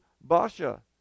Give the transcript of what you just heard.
Basha